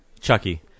Chucky